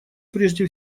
прежде